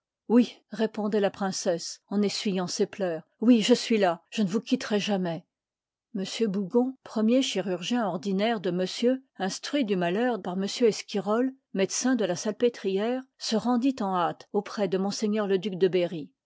oui répondoit la princesse en essuyant ses pleurs oui je suis là je ne vous quitterai jamais m bougon premier chirurgien ordinaire de monsieur instruit du malheur par m esquirolle médecin de la salpètrière se rendit en hâte auprès de m le duc de berry